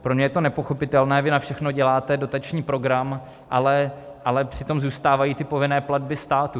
Pro ně je to nepochopitelné vy na všechno děláte dotační program, ale přitom zůstávají ty povinné platby státu.